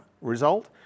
Result